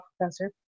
professor